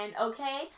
okay